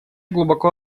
глубоко